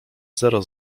zero